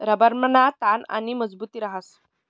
रबरमा ताण आणि मजबुती रहास